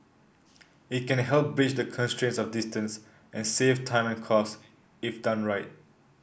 it can help bridge the constraints of distance and save time and cost if done right